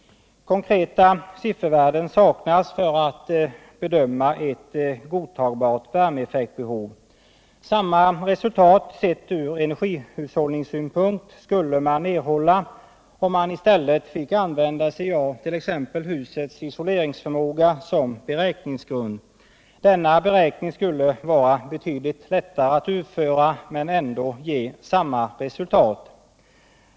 Konkreta siffervärden saknas alltså för bedömningen av vad som är ett godtagbart värmeeffektbehov. Samma resultat sett ur energihushållningssynpunkt skulle kunna erhållas, om t.ex. husets isoleringsförmåga fick användas som beräkningsgrund. Denna beräkningsgrund skulle vara betydligt lättare att utgå från men ändå ge samma resultat.